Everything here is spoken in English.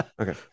okay